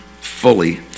fully